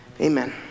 amen